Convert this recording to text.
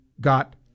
got